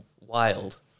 wild